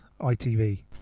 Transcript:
itv